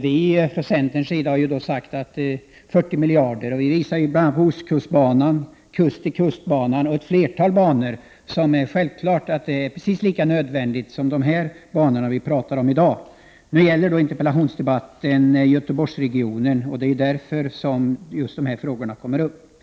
Vi i centern har angivit beloppet 40 miljarder. Vi visar att ett flertal banor — t.ex. ostkustbanan, kust-till-kust-banan — är precis lika nödvändiga som de banor vi nu diskuterar. Interpellationsdebatten gäller Göteborgsregionen. Därför kommer just dessa banor upp.